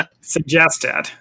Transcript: Suggested